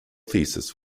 thesis